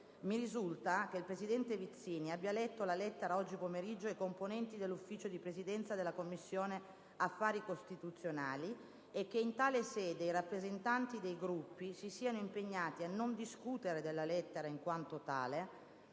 Mi risulta che il presidente Vizzini abbia letto la lettera oggi pomeriggio ai componenti dell'Ufficio di Presidenza della Commissione affari costituzionali e che in tale sede i rappresentanti dei Gruppi si siano impegnati a non discutere della lettera in quanto tale,